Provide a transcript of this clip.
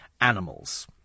animals